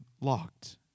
locked